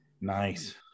nice